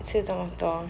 吃这么多